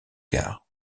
gare